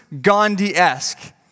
Gandhi-esque